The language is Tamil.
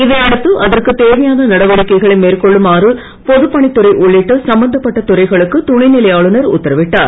இதை அடுத்து அதற்கு தேவையான நடவடிக்கைகளை மேற்கொள்ளுமாறு பொதுப்பணித்துறை உள்ளிட்ட சம்பந்தப்பட்ட துறைகளுக்கு துணைநிலை ஆளுநர் உத்தரவிட்டார்